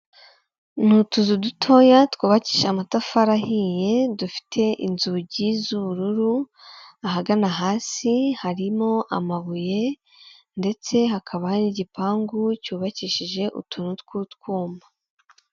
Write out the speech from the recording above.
Ni utuzu dutoya twubakije amatafari ahiye, dufite inzugi z'ubururu, ahagana hasi harimo amabuye ndetse hakaba hari igipangu cyubakishije utuntu tw'utwuma.